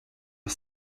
are